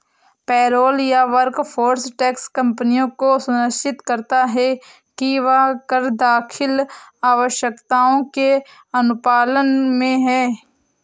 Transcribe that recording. payroll या workforce tax कंपनियों को सुनिश्चित करता है कि वह कर दाखिल आवश्यकताओं के अनुपालन में है